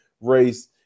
race